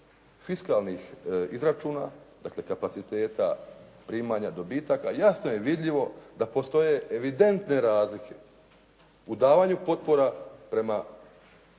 fiskalnih izračuna, dakle kapaciteta primanja dobitaka jasno je vidljivo da postoje evidentne razlike u davanju potpora prema